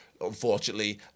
unfortunately